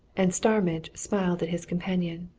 and starmidge smiled at his companion.